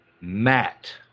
Matt